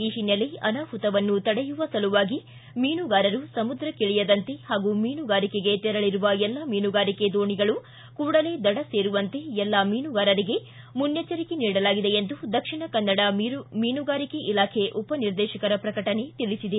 ಈ ಹಿನ್ನೆಲೆ ಅನಾಹುತವನ್ನು ತಡೆಯುವ ಸಲುವಾಗಿ ಮೀನುಗಾರರು ಸಮುದ್ರಕ್ಕಿಳಿಯದಂತೆ ಹಾಗೂ ಮೀನುಗಾರಿಕೆಗೆ ತೆರಳಿರುವ ಎಲ್ಲಾ ಮೀನುಗಾರಿಕೆ ದೋಣಿಗಳು ಕೂಡಲೇ ದಡ ಸೇರುವಂತೆ ಎಲ್ಲಾ ಮೀನುಗಾರರಿಗೆ ಮುನ್ನೆಚ್ಚರಿಕೆ ನೀಡಲಾಗಿದೆ ಎಂದು ದಕ್ಷಿಣ ಕನ್ನಡ ಮೀನುಗಾರಿಕೆ ಇಲಾಖೆ ಉಪನಿರ್ದೇಶಕರ ಪ್ರಕಟಣೆ ತಿಳಿಸಿದೆ